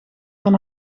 van